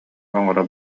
оҥоро